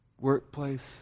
workplace